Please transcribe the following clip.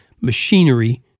machinery